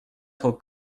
trop